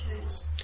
choose